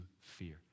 fear